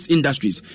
Industries